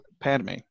Padme